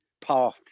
path